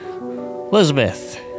Elizabeth